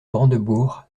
brandebourgs